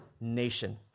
nation